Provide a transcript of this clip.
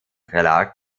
verlag